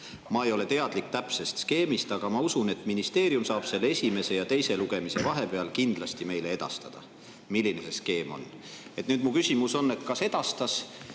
ma ei ole teadlik täpsest skeemist, aga ma usun, et ministeerium saab esimese ja teise lugemise vahepeal kindlasti meile edastada, milline see skeem on. Nüüd mu küsimus on, kas ta edastas,